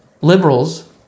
liberals